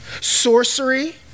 sorcery